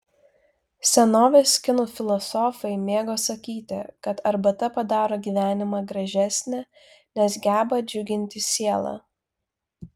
senovės kinų filosofai mėgo sakyti kad arbata padaro gyvenimą gražesnį nes geba džiuginti sielą